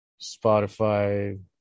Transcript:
Spotify